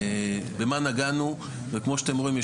במה נגענו וכמו שאתם רואים,